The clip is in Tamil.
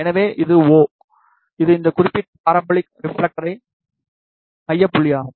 எனவே இது o இது இந்த குறிப்பிட்ட பாரபோலிக் ரிப்ஃலெக்டர் மைய புள்ளியாகும்